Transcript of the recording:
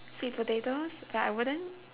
sweet potatoes but I wouldn't